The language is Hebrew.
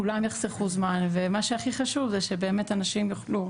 כולם נחסוך זמן ומה שבאמת חשוב זה שבאמת אנשים יוכלו